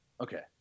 Okay